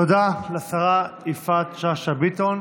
תודה לשרה יפעת שאשא ביטון.